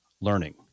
learning